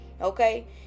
okay